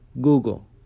Google